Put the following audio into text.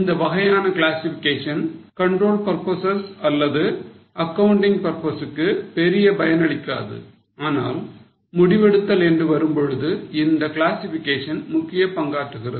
இந்த வகையான classification control purposes அல்லது accounting purpose க்கு பெரிய பயனளிக்காது ஆனால் முடிவெடுத்தல் என்று வரும்பொழுது இந்த கிளாசிஃபிகேஷன் முக்கிய பங்காற்றுகிறது